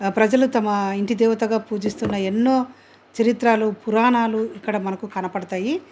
ప్రజలు తమ ఇంటి దేవతగా పూజిస్తున్న ఎన్నో చరిత్రలు పురాణాలు ఇక్కడ మనకు కనపడతాయి